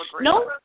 No